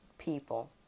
people